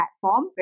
platform